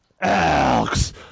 Elks